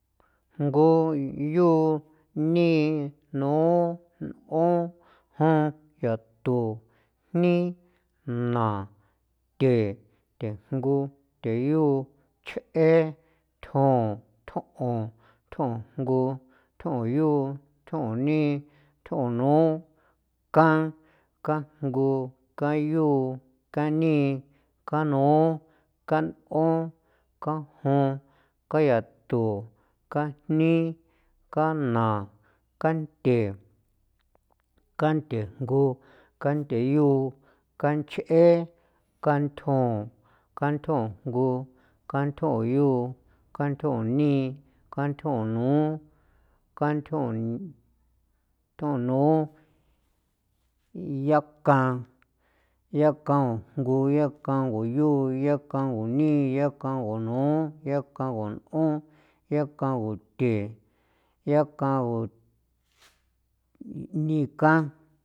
Jngu, yu, nii, nu, n'on, jon, yathu, jni, naa, the, thejngu, theyu, ch'e, thjon, thjon'on, thjon jngu, thjon yu, thjon nii, thjon nu, kan, kanjngu, kan yu, kan nii, kan nu, kan'on, kan jngu, kan yathu, kan jni, kan naa, kanthe, kanthe jngu, kanthe yu, kan ch'e, kanthjon, kanthjon jngu, kanthjon yu, kanthjon nii, kanthjon nu, kanthjon n'on, yankangu, yankangu jngu, yankangu yu, yaankangu nii, yaankangu nu, yaakangu n'on, yakangu the, yaakangu nii kan.